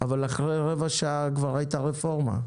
אבל אחרי רבע שעה כבר הייתה רפורמה.